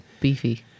beefy